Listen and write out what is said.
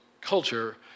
culture